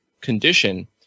condition